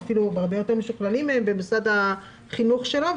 אפילו בהרבה יותר משוכללים מהם במוסד החינוך שלו,